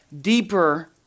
deeper